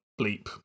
bleep